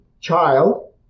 child